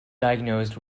diagnosed